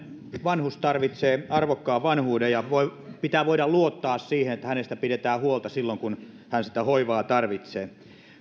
vanhus tarvitsee arvokkaan vanhuuden ja jokaisen pitää voida luottaa siihen että hänestä pidetään huolta silloin kun sitä hoivaa tarvitsee